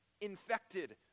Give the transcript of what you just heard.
infected